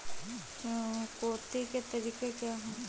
चुकौती के तरीके क्या हैं?